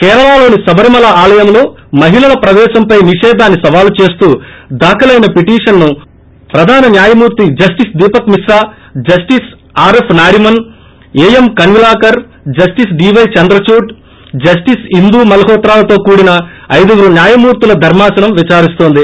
కేరళలోని శబరిమల ఆలయంలో మహిళల ప్రవేశంపై నిషేధాన్ని సవాల్ చేస్తూ దాఖలైన పిటిషన్ను ప్రధాన న్యాయమూర్తి justice Deepak Misra justice RF Nariman AM Khanwilkar justice DY Chandrachud justice Indu మల్హోత్రాలతో కూడిన ఐదుగురు న్యాయమూర్తుల ధర్మాసనం విచారిస్తోంది